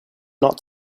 not